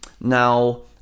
Now